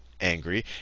angry